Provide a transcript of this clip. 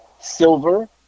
silver